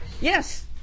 Yes